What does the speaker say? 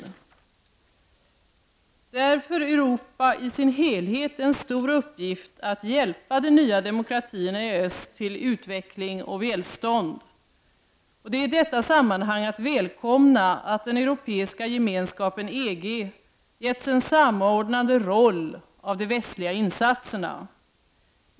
Det är för Europa i sin helhet en stor uppgift att hjälpa de nya demokratierna i öst till utveckling och välstånd. Det är i detta sammanhang att välkomna att den Europeiska gemenskapen, EG, getts en samordnande roll av de västliga insatserna.